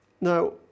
Now